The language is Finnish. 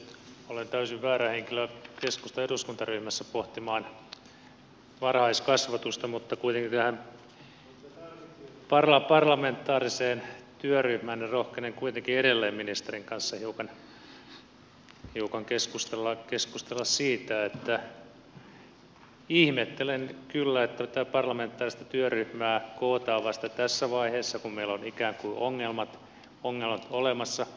olen täysin väärä henkilö keskustan eduskuntaryhmässä pohtimaan varhaiskasvatusta mutta tästä parlamentaarisesta työryhmästä rohkenen kuitenkin edelleen ministerin kanssa hiukan keskustella siitä että ihmettelen kyllä että tätä parlamentaarista työryhmää kootaan vasta tässä vaiheessa kun meillä on ikään kuin ongelmat olemassa